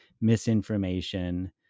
misinformation